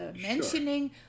mentioning